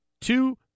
Two